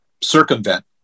circumvent